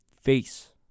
face